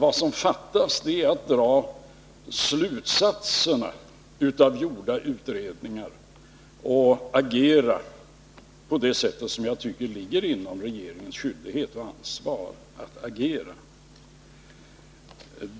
Vad som fattas är att man skall dra slutsatsen av gjorda utredningar och agera på det sätt som jag tycker ligger inom ramen för regeringens skyldigheter och ansvar.